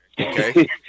Okay